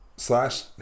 Slash